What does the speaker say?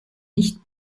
nicht